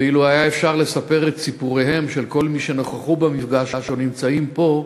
ואילו היה אפשר לספר את סיפוריהם של כל מי שנכחו במפגש או נמצאים פה,